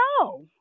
No